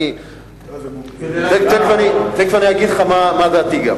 תיכף אגיד לך גם מה דעתי.